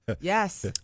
Yes